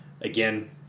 again